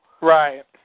Right